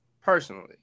personally